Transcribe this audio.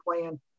plan